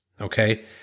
okay